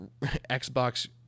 Xbox